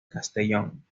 castellón